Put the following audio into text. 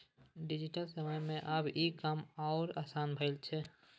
digital समय मे आब ई काज आओर आसान भए गेल छै